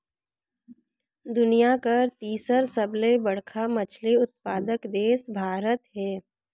दुनिया कर तीसर सबले बड़खा मछली उत्पादक देश भारत हे